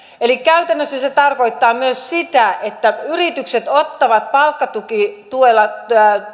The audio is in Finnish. eli käytännössä se se tarkoittaa myös sitä että yritykset ottavat palkkatukituella